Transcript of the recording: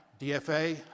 DFA